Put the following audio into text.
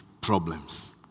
problems